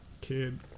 kid